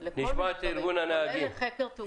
לכל מיני דברים, כולל לחקר תאונות.